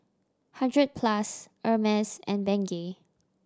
Hundred Plus Hermes and Bengay